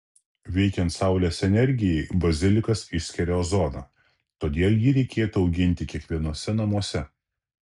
veikiant saulės energijai bazilikas išskiria ozoną todėl jį reikėtų auginti kiekvienuose namuose